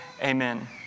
amen